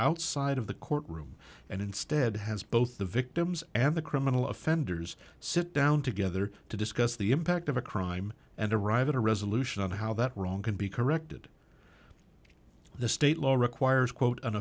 outside of the courtroom and instead has both the victims and the criminal offenders sit down together to discuss the impact of a crime and arrive at a resolution on how that wrong can be corrected the state law requires quote